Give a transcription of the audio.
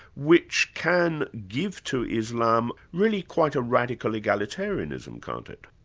which can give to islam really quite a radical egalitarianism, can't it?